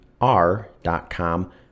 R.com